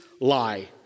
lie